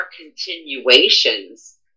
continuations